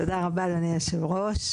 תודה רבה, אדוני היושב-ראש.